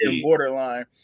borderline